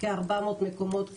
כ-400 מקומות כליאה.